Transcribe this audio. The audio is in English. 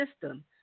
system